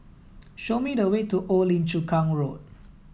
show me the way to Old Lim Chu Kang Road